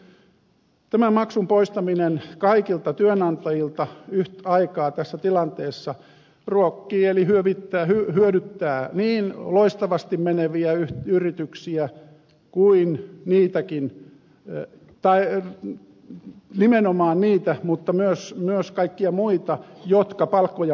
ensinnäkin tämän maksun poistaminen kaikilta työnantajilta yhtaikaa tässä tilanteessa ruokkii eli hyödyttää nimenomaan loistavasti meneviä yrityksiä kuin mitäkin ja päivä ja nimenomaan niitä mutta myös kaikkia muita jotka palkkoja maksavat